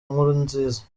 nkurunziza